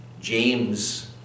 James